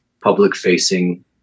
public-facing